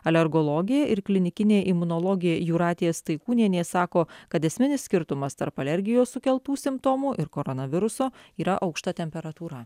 alergologė ir klinikinė imunologė jūratė staikūnienė sako kad esminis skirtumas tarp alergijos sukeltų simptomų ir koronaviruso yra aukšta temperatūra